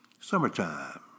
Summertime